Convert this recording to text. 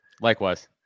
Likewise